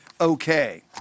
Okay